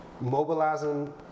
mobilizing